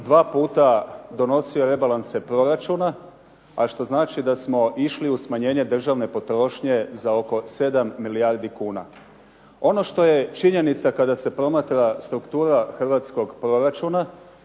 dva puta donosio rebalanse proračuna, a što znači da smo išli u smanjenje državne potrošnje za oko 7 milijardi kuna. Ono što je činjenica kada se promatra struktura hrvatskog proračuna,